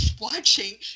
watching